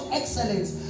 excellence